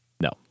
No